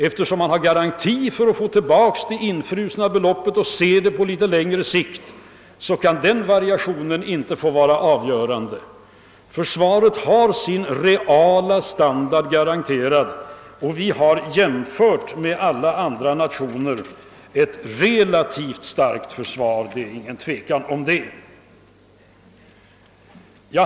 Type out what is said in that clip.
Eftersom man har garantier för att få tillbaka det infrusna beloppet och eftersom saken skall ses på litet längre sikt, så kan den variationen inte vara avgörande. Försvaret har sin reella standard garanterad, och vi har — jämfört med alla andra nationer — ett relativt starkt försvar. Det råder inget tvivel om detta.